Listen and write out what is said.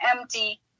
empty